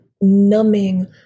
numbing